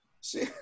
See